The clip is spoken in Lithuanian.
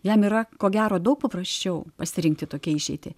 jam yra ko gero daug paprasčiau pasirinkti tokią išeitį